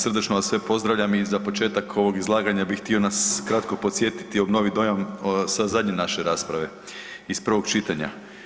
Srdačno vas sve pozdravljam i za početak ovog izlaganja bi htio nas na kratko posjetiti i obnoviti dojam sa zadnje naše rasprave iz prvog čitanja.